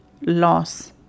loss